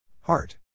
Heart